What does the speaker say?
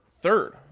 third